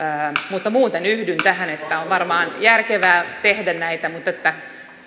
muuten yhdyn siihen että on varmaan järkevää tehdä näitä mutta